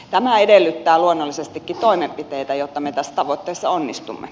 tämä edellyttää luonnollisestikin toimenpiteitä jotta me tässä tavoitteessa onnistumme